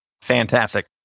Fantastic